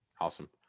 awesome